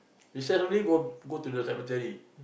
recess only go go to the cemetery